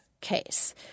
case